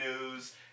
news